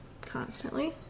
constantly